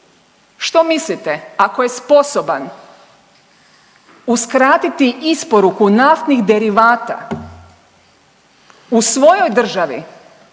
Što mislite, ako je sposoban uskratiti isporuku naftnih derivata u svojoj državi,